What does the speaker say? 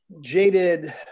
jaded